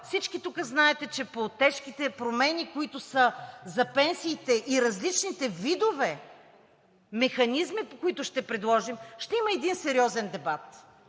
Всички тук знаете, че по тежките промени, които са за пенсиите и различните видове механизми, по които ще предложим, ще има един сериозен дебат,